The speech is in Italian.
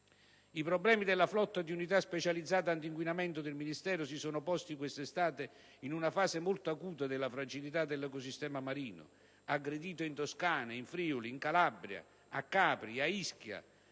I problemi della flotta di unità specializzate antinquinamento del Ministero si sono posti questa estate in una fase molto acuta della fragilità dell'ecosistema marino, aggredito in Toscana, in Friuli, in Calabria, a Capri, a Ischia